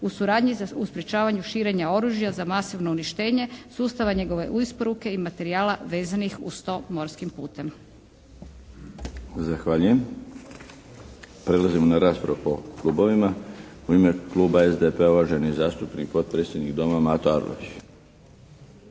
u suradnji u sprečavanju širenja oružja za masovno uništenje, sustava njegove isporuke i materijala vezanih uz to morskim putem.